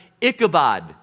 Ichabod